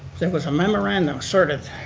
there was a memorandum asserted